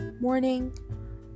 morning